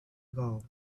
gall